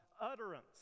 utterance